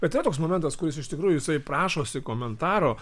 bet yra toks momentas kuris iš tikrųjų jisai prašosi komentaro